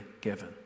given